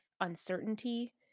uncertainty